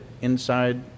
inside